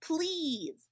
please